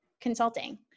consulting